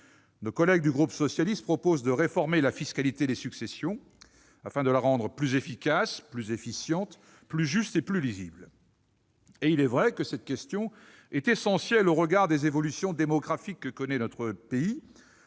nos collègues du groupe socialiste proposent de réformer la fiscalité des successions « afin de la rendre plus efficace, plus efficiente, plus juste et plus lisible ». Et il est vrai que cette question est essentielle au regard des évolutions démographiques que connaît notre pays.